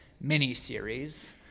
mini-series